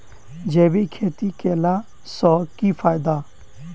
जैविक खेती केला सऽ की फायदा?